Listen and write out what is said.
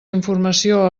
informació